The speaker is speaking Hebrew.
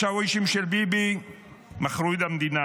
השאווישים של ביבי מכרו את המדינה.